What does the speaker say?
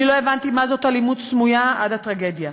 אני לא הבנתי מה זאת אלימות סמויה עד הטרגדיה,